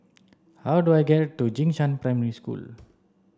how do I get to Jing Shan Primary School